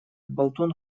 болтун